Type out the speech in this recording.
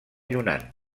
yunnan